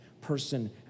person